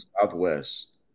Southwest